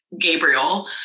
Gabriel